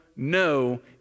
No